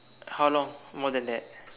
how long more than that